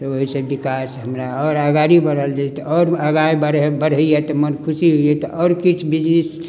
तऽ ओहिसँ विकास हमरा आओर आगारी बढ़त आओर आगाँ बढ़ैया तऽ मोन खुशी होइया तऽ आओर किछु बिजनेस